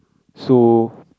so